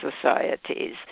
societies